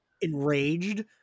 enraged